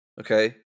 okay